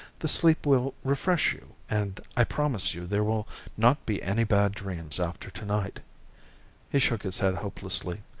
the sleep will refresh you, and i promise you there will not be any bad dreams after tonight he shook his head hopelessly,